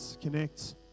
Connect